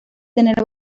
tener